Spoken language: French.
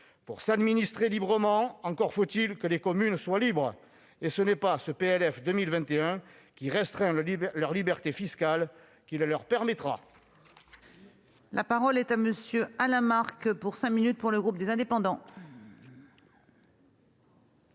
Pour s'administrer librement, encore faut-il que les communes soient libres, et ce n'est pas ce PLF 2021, qui restreint leurs libertés fiscales, qui le leur permettra